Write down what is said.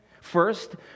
first